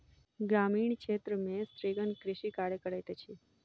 ग्रामीण क्षेत्र में स्त्रीगण कृषि कार्य करैत अछि